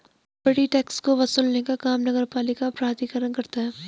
property tax को वसूलने का काम नगरपालिका प्राधिकरण करता है